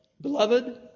Beloved